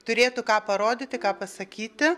turėtų ką parodyti ką pasakyti